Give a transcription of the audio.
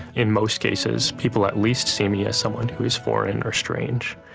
in most cases, people at least see me as someone who is foreign or strange.